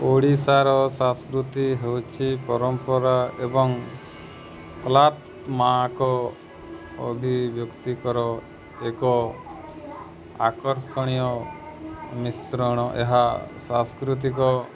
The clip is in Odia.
ଓଡ଼ିଶାର ସାଂସ୍କୃତି ହେଉଛି ପରମ୍ପରା ଏବଂ ଅଭି ବ୍ୟ୍ୟକ୍ତିଙ୍କର ଏକ ଆକର୍ଷଣୀୟ ମିଶ୍ରଣ ଏହା ସାଂସ୍କୃତିକ